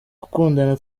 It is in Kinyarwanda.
gukundana